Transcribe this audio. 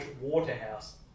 Waterhouse